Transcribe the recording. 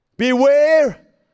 Beware